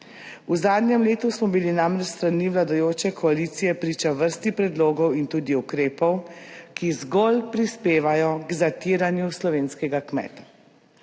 V zadnjem letu smo bili namreč s strani vladajoče koalicije priča vrsti predlogov in tudi ukrepov, ki zgolj prispevajo k zatiranju slovenskega kmeta.